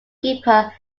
keeper